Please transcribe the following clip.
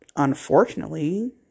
Unfortunately